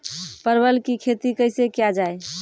परवल की खेती कैसे किया जाय?